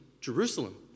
Jerusalem